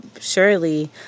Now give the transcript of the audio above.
Surely